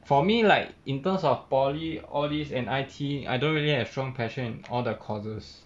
for me like in terms of polytechnic all these and I_T_E I don't really have strong passion in all the courses